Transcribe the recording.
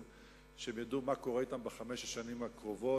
שהם ידעו מה קורה אתם בחמש השנים הקרובות.